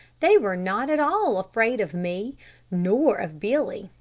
they were not at all afraid of me nor of billy,